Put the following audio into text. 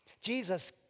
Jesus